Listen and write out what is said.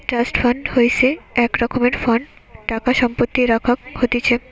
trust fund হইসে এক রকমের ফান্ড টাকা সম্পত্তি রাখাক হতিছে